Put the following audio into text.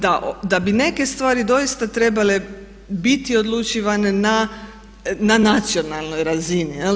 Da bi neke stvari doista trebale biti odlučivane na nacionalnoj razini.